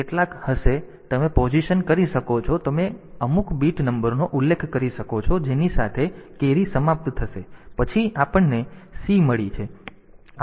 તેથી તમે પોઝિશન કરી શકો છો તમે અમુક બીટ નંબરનો ઉલ્લેખ કરી શકો છો જેની સાથે કેરી સમાપ્ત થશે પછી આપણને આ ચાલ C મળી છે